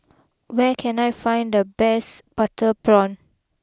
where can I find the best Butter Prawn